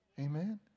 Amen